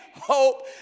Hope